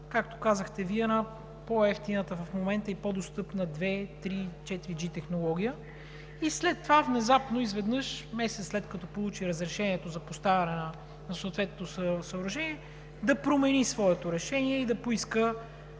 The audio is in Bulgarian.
както казахте Вие, на по-евтината в момента и по-достъпна 2, 3, 4G технология и след това внезапно, изведнъж, месец след като получи разрешението за поставянето на съответното съоръжение, да промени своето решение и да поиска